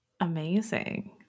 Amazing